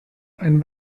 einen